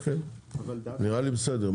נראה לי בסדר.